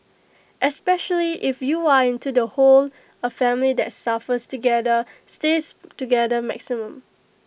especially if you are into the whole A family that suffers together stays together maxim